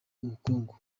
ubukungu